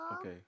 Okay